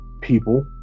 People